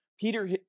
Peter